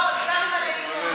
לא, גם על הלחם המלא.